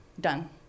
done